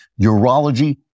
urology